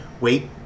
wait